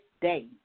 day